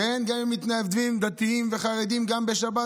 כן, גם מתנדבים דתיים וחרדים, גם בשבת.